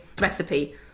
recipe